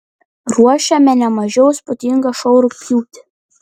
ruošiame ne mažiau įspūdingą šou rugpjūtį